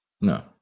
No